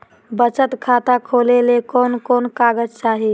बचत खाता खोले ले कोन कोन कागज चाही?